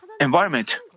environment